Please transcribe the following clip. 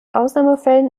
ausnahmefällen